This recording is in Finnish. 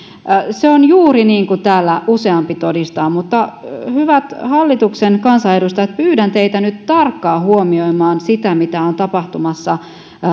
se on juuri niin kuin täällä useampi todistaa mutta hyvät hallituksen kansanedustajat pyydän teitä nyt tarkkaan huomioimaan sitä mitä on tapahtumassa